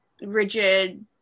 rigid